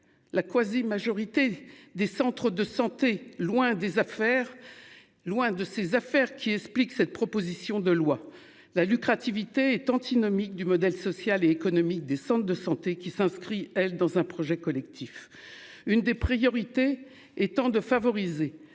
La quasi-majorité des centres de santé, loin des affaires. Loin de ces affaires qui explique cette proposition de loi la lucrative IT est antinomique du modèle social et économique des centres de santé qui s'inscrit-elle dans un projet collectif. Une des priorités étant de favoriser